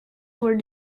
were